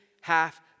half